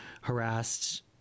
harassed